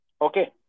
Okay